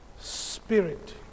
spirit